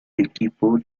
equipo